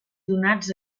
donats